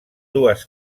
dues